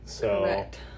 Correct